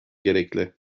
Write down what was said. gerekli